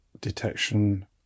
detection